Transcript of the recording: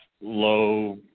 low